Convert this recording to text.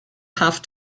have